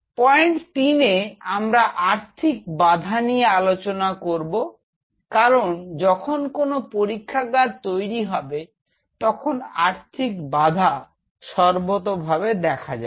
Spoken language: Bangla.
পয়েন্ট তিনে আমরা আর্থিক বাধা নিয়ে আলোচনা করব কারণ যখন কোন পরীক্ষাগার তৈরি হবে তখন আর্থিক বাধা সর্বোতভাবে দেখা যাবে